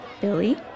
Billy